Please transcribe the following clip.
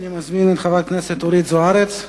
אני מזמין את חברת הכנסת אורית זוארץ.